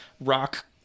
rock